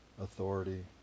authority